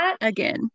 again